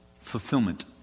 fulfillment